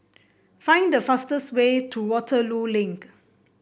find the fastest way to Waterloo Link